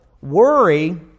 worry